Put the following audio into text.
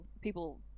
people